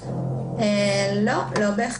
לא בהכרח.